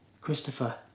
Christopher